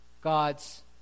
God's